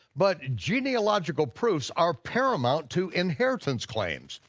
but genealogical proofs are paramount to inheritance claims.